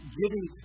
giving